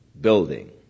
building